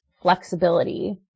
flexibility